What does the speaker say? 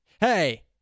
Hey